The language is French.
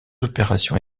opérations